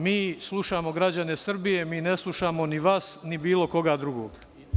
Mi slušamo građane Srbije, mi ne slušamo ni vas, ni bilo koga drugog.